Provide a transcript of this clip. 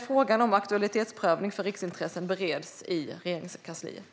Frågan om aktualitetsprövning för riksintressen bereds i Regeringskansliet.